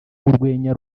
urwenya